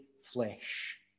flesh